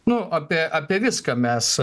na apie apie viską mes